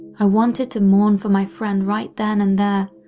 i wanted to mourn for my friend right then and there,